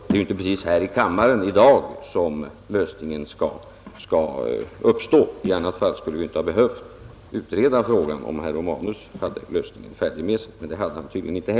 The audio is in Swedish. Det är inte här i kammaren i dag som lösningen skall uppstå. Vi skulle inte ha behövt utreda frågan, om herr Romanus hade haft lösningen färdig med sig, men det hade han tydligen inte.